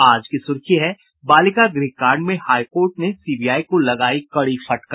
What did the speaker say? आज की सुर्खी है बालिका गृह कांड में हाई कोर्ट ने सीबीआई को लगायी कड़ी फटकार